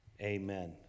Amen